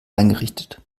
eingerichtet